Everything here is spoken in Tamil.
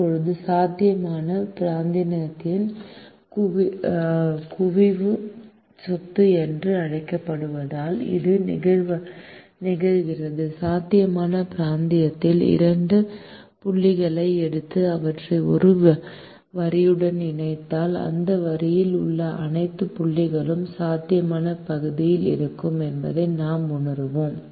இப்போது சாத்தியமான பிராந்தியத்தின் குவிவு சொத்து என்று அழைக்கப்படுவதால் இது நிகழ்கிறது சாத்தியமான பிராந்தியத்தில் இரண்டு புள்ளிகளை எடுத்து அவற்றை ஒரு வரியுடன் இணைத்தால் அந்த வரியில் உள்ள அனைத்து புள்ளிகளும் சாத்தியமான பகுதியில் இருக்கும் என்பதை நாம் உணருவோம்